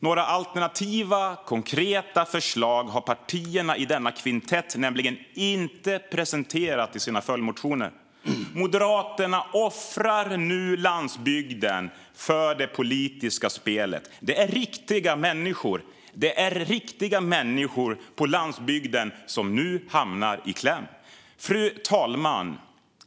Några alternativa konkreta förslag har partierna i denna kvintett nämligen inte presenterat i sina följdmotioner. Moderaterna offrar nu landsbygden för det politiska spelet. Det är riktiga människor på landsbygden som nu hamnar i kläm. Fru talman!